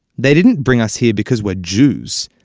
they didn't bring us here because we're jews.